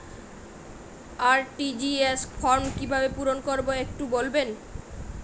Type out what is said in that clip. RTGS form কিভাবে পূরণ করবো একটু বলবেন?